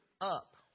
up